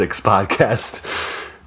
podcast